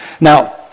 Now